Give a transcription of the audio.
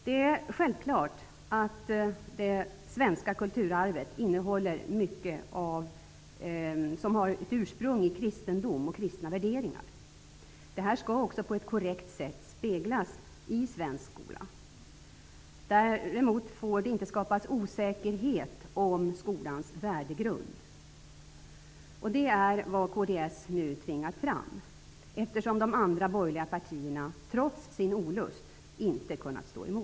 Det är självklart att det svenska kulturarvet innehåller mycket som har sitt ursprung i kristendom och kristna värderingar. Detta skall också på ett korrekt sätt speglas i svensk skola. Däremot får det inte skapas osäkerhet om skolans värdegrund. Det är vad kds nu har tvingat fram, eftersom de andra borgerliga partierna trots sin olust inte har kunnat stå emot.